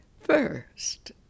First